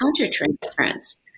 countertransference